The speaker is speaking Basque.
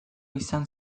izan